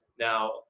Now